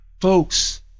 folks